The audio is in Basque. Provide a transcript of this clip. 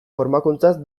formakuntzaz